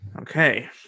Okay